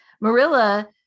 Marilla